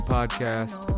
Podcast